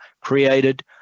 created